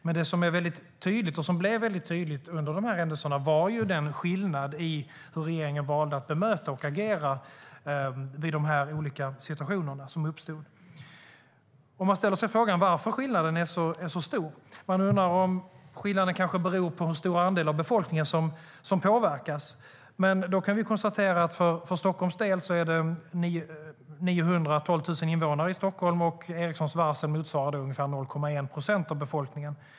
Men det som blev väldigt tydligt under dessa händelser var ju den skillnad i hur regeringen valde att bemöta och agera i de olika situationer som hade uppstått. Man ställer sig frågan varför skillnaden är så stor. Beror skillnaderna på hur stor andel av befolkningen som påverkas? Då kan jag konstatera att för Stockholms del motsvarar Ericssons varsel 1 procent av befolkningen.